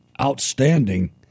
outstanding